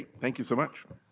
thank you so much.